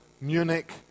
Munich